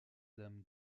dame